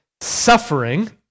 suffering